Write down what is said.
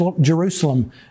Jerusalem